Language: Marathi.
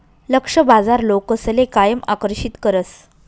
लक्ष्य बाजार लोकसले कायम आकर्षित करस